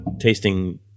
tasting